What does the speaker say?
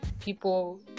people